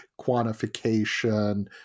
quantification